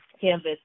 canvas